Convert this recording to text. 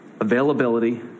availability